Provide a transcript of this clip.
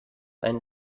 einen